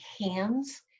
hands